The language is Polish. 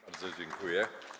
Bardzo dziękuję.